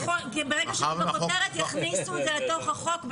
כי ברגע שבכותרת יכניסו את זה לתוך החוק,